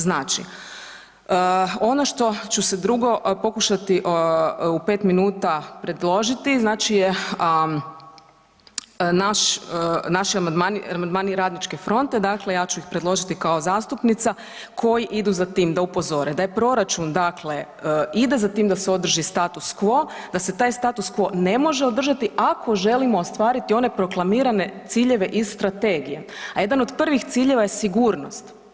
Znači, ono što ću se drugu pokušati u 5 minuta predložiti znači je naš, naši amandmani Radničke fronte, dakle ja ću ih predložiti kao zastupnica koji idu za tim da upozore da je proračun dakle ide za tim da se održi status qo, da se taj status qo ne može održati ako želimo ostvariti one proklamirane ciljeve iz strategije, a jedan od privih ciljeva je sigurnost.